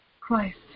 Christ